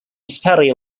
sperry